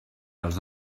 els